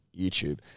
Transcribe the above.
YouTube